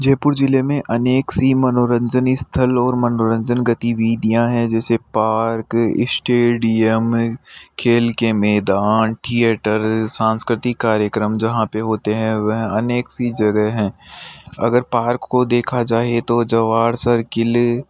जयपुर ज़िले में अनेक सी मनोरंजन स्थल और मनोरंजन गतिवीधियाँ हैं जैसे पार्क स्टेडियम खेल के मैदान थिएटर सांस्कृतिक कार्यक्रम जहाँ पर होते हैं वह अनेक सी जगह हैं अगर पार्क को देखा जाए तो जवार सर किले